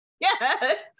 Yes